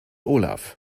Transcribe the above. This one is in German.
olaf